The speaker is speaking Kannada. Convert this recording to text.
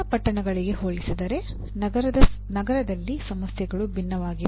ಸಣ್ಣ ಪಟ್ಟಣಗಳಿಗೆ ಹೋಲಿಸಿದರೆ ನಗರದಲ್ಲಿ ಸಮಸ್ಯೆಗಳು ವಿಭಿನ್ನವಾಗಿವೆ